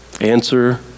Answer